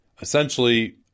essentially